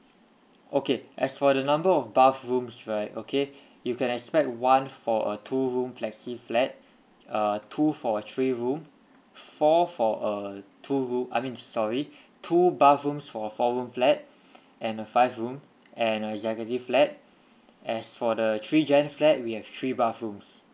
okay as for the number of bathrooms right okay you can expect one for a two room flexi flat uh two for a three room four for a two room I mean sorry two bathrooms for four room flat and a five room and executive flat as for the three gen flat we have three bathrooms